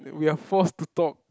that we're forced to talk